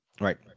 right